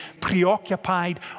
preoccupied